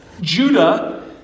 Judah